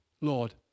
Lord